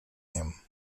him